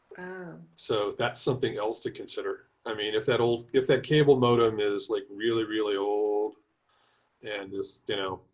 um so that's something else to consider. i mean, if that old if that cable modem is like really really old and just, you know,